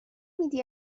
میدی